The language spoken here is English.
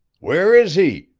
where is he?